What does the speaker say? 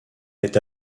est